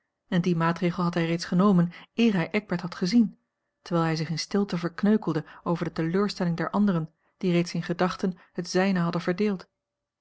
en dien maatregel had hij reeds genomen eer hij eckbert had gezien terwijl hij zich in stilte verkneukelde over de teleurstelling der anderen die reeds in gedachten het zijne hadden verdeeld